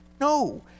No